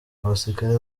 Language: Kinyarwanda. abasirikare